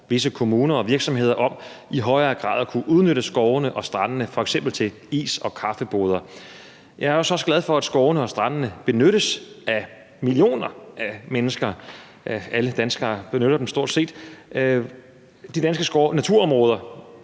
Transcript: visse kommuner og virksomheder om i højere grad at kunne udnytte skovene og strandene, f.eks. til is- og kaffeboder. Jeg er så også glad for, at skovene og strandene benyttes af millioner af mennesker; alle danskere benytter dem stort set. De danske naturområder,